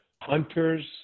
hunters